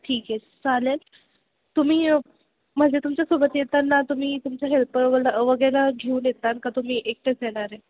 ठीक आहे चालेल तुम्ही म्हणजे तुमच्यासोबत येताना तुम्ही तुमच्या हेल्पर वग वगैरे घेऊन येताल का तुम्ही एकटेच येणार आहे